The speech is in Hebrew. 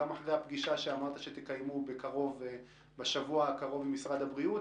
גם אחרי הפגישה שאמרת שתקיימו בשבוע הקרוב עם משרד הבריאות.